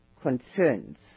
concerns